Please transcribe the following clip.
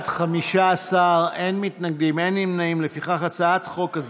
ההצעה להעביר את הצעת חוק הצעת חוק